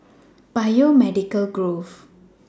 Biomedical Grove